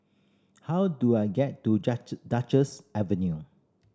how do I get to Duchess Avenue